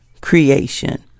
creation